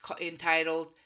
entitled